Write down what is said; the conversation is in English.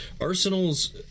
Arsenal's